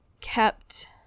kept